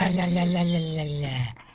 and la la la la la. la